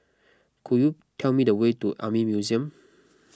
could you tell me the way to Army Museum